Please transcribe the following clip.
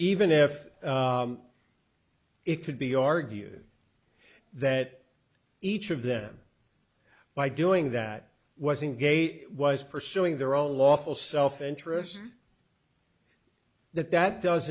even if it could be argued that each of them by doing that wasn't gate was pursuing their own lawful self interest that that does